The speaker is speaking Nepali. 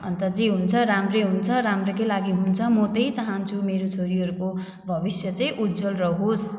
अनि त जे हुन्छ राम्रै हुन्छ राम्रैकै लागि हुन्छ म त्यही चाहन्छु मेरो छोरीहरूको भविष्य चाहिँ उज्ज्वल रहोस्